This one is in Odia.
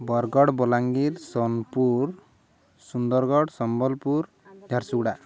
ବରଗଡ଼ ବଲାଙ୍ଗୀର ସୋନପୁର ସୁନ୍ଦରଗଡ଼ ସମ୍ବଲପୁର ଝାରସୁଗୁଡ଼ା